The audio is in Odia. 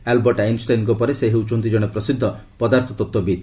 ଆଲ୍ବର୍ଟ ଆଇନ୍ଷ୍ଟାଇନ୍ଙ୍କ ପରେ ସେ ହେଉଛନ୍ତି ଜଣେ ପ୍ରସିଦ୍ଧ ପଦାର୍ଥ ତତ୍ତ୍ୱବିତ୍